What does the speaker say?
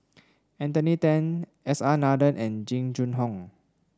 Anthony Then S R Nathan and Jing Jun Hong